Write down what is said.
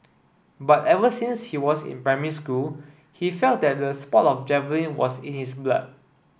but ever since he was in primary school he felt that the sport of javelin was it is blood